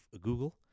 Google